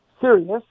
Serious